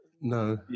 no